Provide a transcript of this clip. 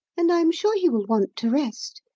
and i am sure he will want to rest.